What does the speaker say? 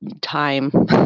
time